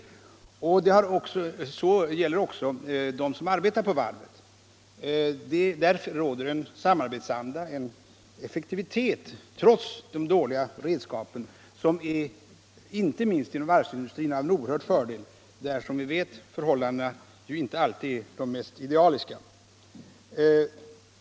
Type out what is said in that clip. Så ser man det också bland dem som arbetar på varvet. Där råder en samarbetsanda och en effektivitet, trots de dåliga redskapen, något som inte minst är en oerhörd fördel inom varvsindustrin där förhållandena som bekant inte alltid är de mest idealiska.